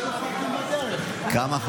זה השם הנרדף, ברוך השם.